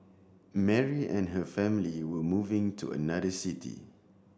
Mary and her family were moving to another city